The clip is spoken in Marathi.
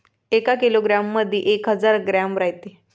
एका किलोग्रॅम मंधी एक हजार ग्रॅम रायते